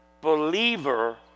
believer